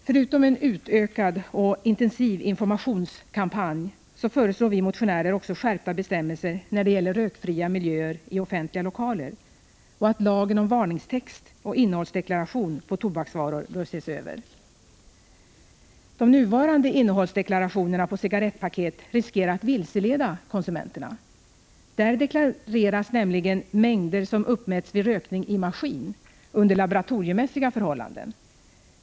Förutom en utökad och intensiv informationskampanj föreslår vi motionärer också skärpta bestämmelser när det gäller rökfria miljöer i offentliga lokaler samt att lagen om varningstext och innehållsdeklaration på tobaksvaror ses Över. De nuvarande innehållsdeklarationerna på cigarrettpaket riskerar att vilseleda konsumenterna. Där deklareras nämligen mängder som uppmätts vid rökning i maskin under laboratoriemässiga förhållanden.